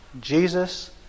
Jesus